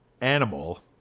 Animal